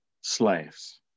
slaves